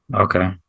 Okay